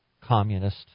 communist